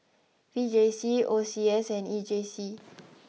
V J C O C S and E J C